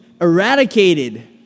eradicated